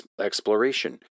exploration